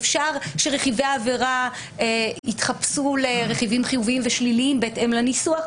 אפשר שרכיבי העבירה יתחפשו לרכיבים חיובים ושליליים בהתאם לניסוח?